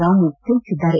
ರಾಮು ತಿಳಿಸಿದ್ದಾರೆ